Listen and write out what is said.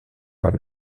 par